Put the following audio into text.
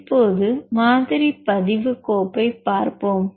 இப்போது மாதிரி பதிவு கோப்பை பார்ப்போம்